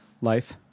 life